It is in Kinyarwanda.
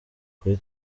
kuri